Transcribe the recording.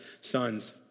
sons